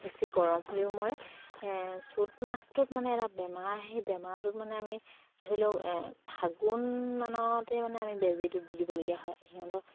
বেছি গৰম হ'লেও মৰে চ'ত মাহটোত মানে এটা বেমাৰ আহে সেই বেমাৰটোত মানে আমি ধৰি লওক ফাগুণ মানতে মানে আমি বেজীটো দি দিবলগীয়া হয় সিহঁতক